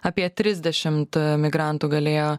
apie trisdešimt migrantų galėjo